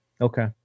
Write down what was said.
Okay